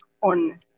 on